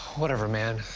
whatever, man.